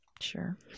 sure